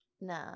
No